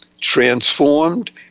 transformed